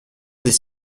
des